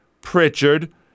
Pritchard